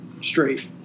straight